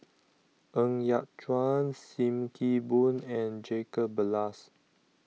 Ng Yat Chuan SIM Kee Boon and Jacob Ballas